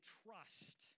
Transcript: trust